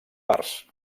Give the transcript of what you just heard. parts